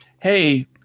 Hey